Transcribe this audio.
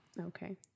Okay